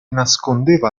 nascondeva